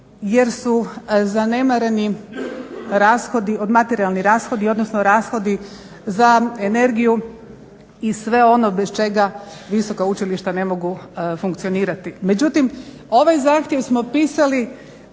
jer su zanemareni materijalni rashodi, odnosno rashodi za energiju i sve ono bez čega visoka učilišta ne mogu funkcionirati. Međutim, ovaj zahtjev smo pisali